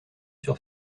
sur